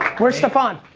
where's staphon?